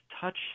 touch